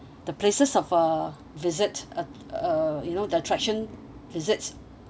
the places of uh visit uh uh you know the attraction visit